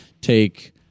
take